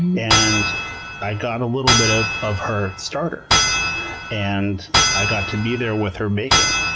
and i got a little bit of of her starter and i got to be there with her baking.